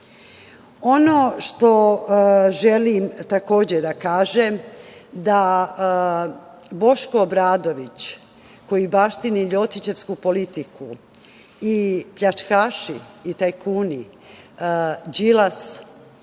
što želim takođe da kažem, da Boško Obradović, koji baštini ljotićevsku politiku i pljačkaši i tajkuni Đilas,